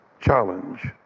challenge